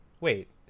wait